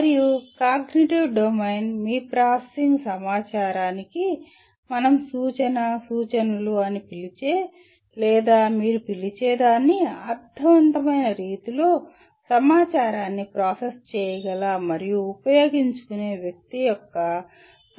మరియు cognitive domain మీ processing సమాచారానికి మనం సూచన సూచనలు అని పిలిచే లేదా మీరు పిలిచేదాన్ని అర్ధవంతమైన రీతిలో సమాచారాన్ని ప్రాసెస్ చేయగల మరియు ఉపయోగించుకునే వ్యక్తి యొక్క సామర్థ్యంతో వ్యవహరిస్తుంది